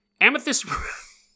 Amethyst